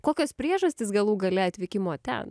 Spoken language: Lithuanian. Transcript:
kokios priežastys galų gale atvykimo ten